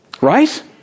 right